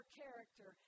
character